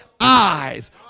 eyes